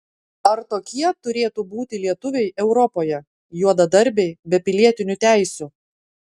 ar tokie turėtų būti lietuviai europoje juodadarbiai be pilietinių teisių